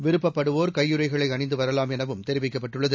விருப்பப்படுவோர் கையுறைகளை அணிந்து வரலாம் எனவும் தெரிவிக்கப்பட்டுள்ளது